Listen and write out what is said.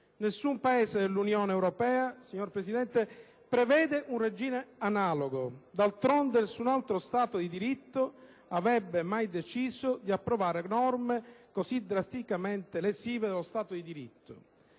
Nessun Paese dell'Unione europea, signor Presidente, prevede un regime analogo. D'altronde, nessun altro Stato di diritto avrebbe mai deciso di approvare norme così drasticamente lesive dello Stato di diritto.